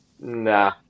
Nah